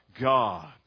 God